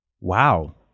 Wow